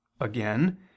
again